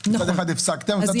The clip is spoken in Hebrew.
מצד אחד הפסקתם את מתן ההטבות,